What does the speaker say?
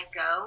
go